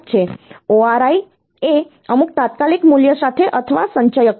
ORI એ અમુક તાત્કાલિક મૂલ્ય સાથે અથવા સંચયક છે